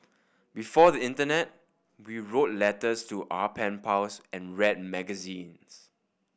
before the Internet we wrote letters to our pen pals and read magazines